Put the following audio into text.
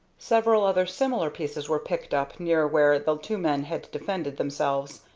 several other similar pieces were picked up near where the two men had defended themselves,